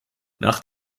nach